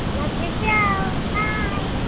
love your yeah hi,